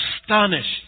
astonished